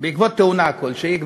בעקבות תאונה כלשהי,